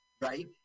right